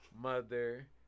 mother